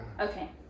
Okay